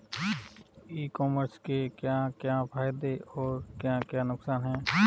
ई commerce के क्या क्या फायदे और क्या क्या नुकसान है?